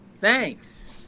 Thanks